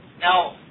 Now